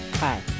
Hi